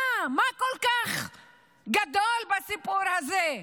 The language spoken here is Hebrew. מה כל כך גדול בסיפור הזה?